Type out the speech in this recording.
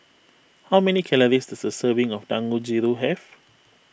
how many calories does a serving of Dangojiru have